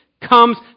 comes